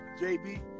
JB